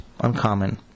uncommon